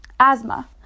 Asthma